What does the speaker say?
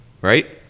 right